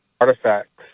artifacts